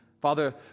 Father